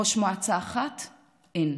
ראש מועצה אחת אין,